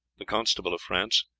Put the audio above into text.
the constable of france,